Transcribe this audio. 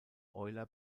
euler